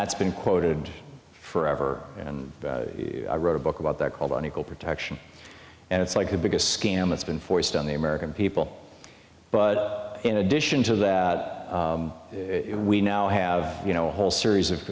that's been quoted forever and i wrote a book about that called an equal protection and it's like the biggest scam that's been forced on the american people but in addition to that we now have you know a whole series